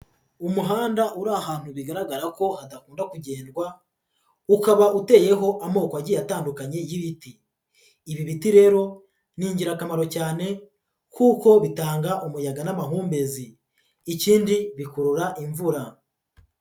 Umuhanda uri ahantu bigaragara ko hadakunda kugendwa, ukaba uteyeho amoko agiye atandukanye y'ibiti. Ibi biti rero ni ingirakamaro cyane kuko bitanga umuyaga n'amahumbezi. Ikindi bikurura imvura.